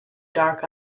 dark